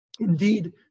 Indeed